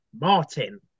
Martin